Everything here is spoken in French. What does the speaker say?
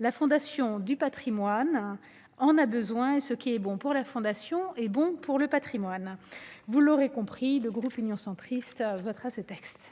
La Fondation du patrimoine en a besoin, et ce qui est bon pour la Fondation est bon pour le patrimoine ! Vous l'aurez compris, le groupe Union Centriste votera ce texte.